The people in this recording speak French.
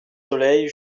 soleil